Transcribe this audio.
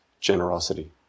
generosity